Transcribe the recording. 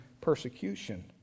persecution